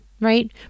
Right